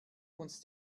uns